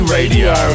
Radio